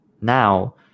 now